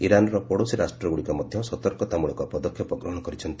ଇରାନ୍ର ପଡ଼ୋଶୀ ରାଷ୍ଟ୍ରଗୁଡ଼ିକ ମଧ୍ୟ ସତର୍କତାମୂଳକ ପଦକ୍ଷେପ ଗ୍ରହଣ କରିଛନ୍ତି